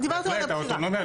בהחלט, האוטונומיה.